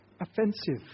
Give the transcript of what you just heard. Offensive